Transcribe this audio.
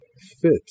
fit